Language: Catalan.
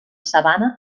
sabana